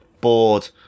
bored